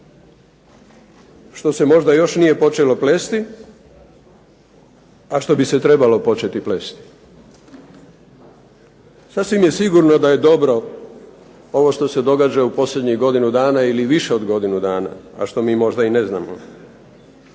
što se možda još nije počelo plesti, a što bi se trebalo početi plesti. Sasvim je sigurno da je dobro ovo što se događa u posljednjim godinu dana ili više od godinu dana, a što mi možda i ne znamo,